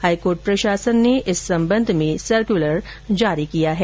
high court प्रशासन ने इस संबंध में कल सर्कलर जारी किया है